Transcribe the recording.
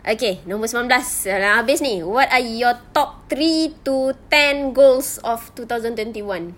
okay nombor sembilan belas sudah nak habis ini what are your top three to ten goals of two thousand twenty one